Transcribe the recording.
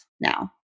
now